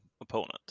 opponent